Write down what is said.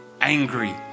angry